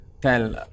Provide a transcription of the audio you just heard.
tell